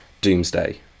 Doomsday